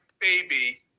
baby